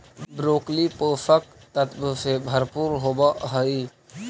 broccoli पोषक तत्व से भरपूर होवऽ हइ